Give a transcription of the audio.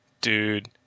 Dude